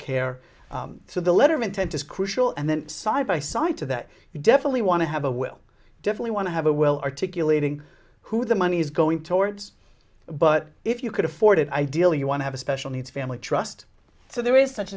care so the letter of intent is crucial and then side by side to that you definitely want to have a will definitely want to have a will articulating who the money is going towards but if you could afford it ideally you want to have a special needs family trust so there is such